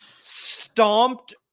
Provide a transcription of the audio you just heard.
stomped